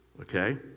okay